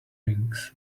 rings